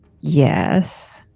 Yes